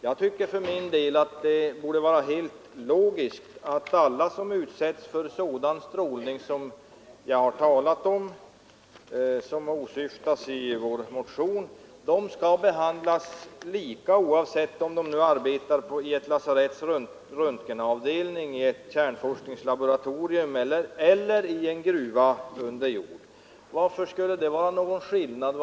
Jag tycker att det borde vara helt logiskt att alla som utsätts för sådan strålning som jag har talat om och som åsyftas i vår motion behandlas lika oavsett om de arbetar på ett lasaretts röntgenavdelning, i ett kärnforskningslaboratorium eller i en gruva under jord. Varför skulle det vara någon skillnad?